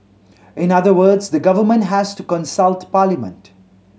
in other words the government has to consult parliament